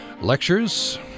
lectures